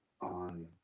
on